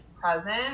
present